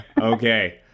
Okay